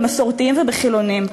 במסורתיים ובחילונים.